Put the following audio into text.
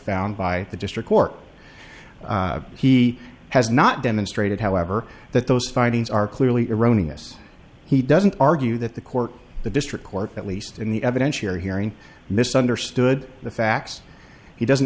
found by the district court he has not demonstrated however that those findings are clearly erroneous he doesn't argue that the court the district court at least in the evidentiary hearing misunderstood the facts he doesn't